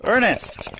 Ernest